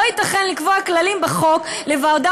לא ייתכן לקבוע כללים בחוק לוועדה